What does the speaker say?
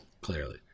Clearly